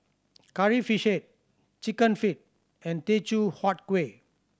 Curry Fish Head Chicken Feet and Teochew Huat Kueh